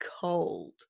cold